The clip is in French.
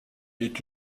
est